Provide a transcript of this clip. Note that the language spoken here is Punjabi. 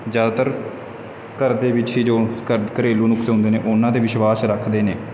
ਜ਼ਿਆਦਾਤਰ ਘਰ ਦੇ ਵਿੱਚ ਹੀ ਜੋ ਘਰ ਘਰੇਲੂ ਨੁਸਖੇ ਹੁੰਦੇ ਨੇ ਉਹਨਾਂ 'ਤੇ ਵਿਸ਼ਵਾਸ ਰੱਖਦੇ ਨੇ